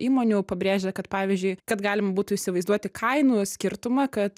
įmonių pabrėžia kad pavyzdžiui kad galim būtų įsivaizduoti kainų skirtumą kad